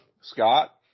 Scott